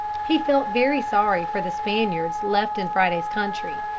he felt very sorry for the spaniards left in friday's country.